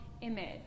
image